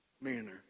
manner